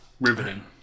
Riveting